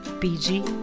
PG